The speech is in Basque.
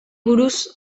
buruz